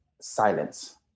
silence